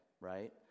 right